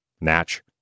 Natch